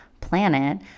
planet